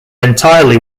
entirely